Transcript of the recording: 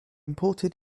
imported